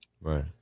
Right